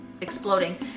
exploding